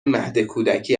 مهدکودکی